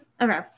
okay